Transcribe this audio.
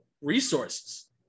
resources